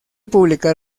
publicar